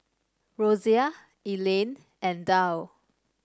Rosia Elayne and Dow